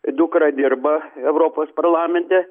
dukra dirba europos parlamente